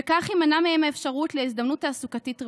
וכך תימנע מהם האפשרות להזדמנות תעסוקתית ראויה.